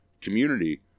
community